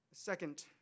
Second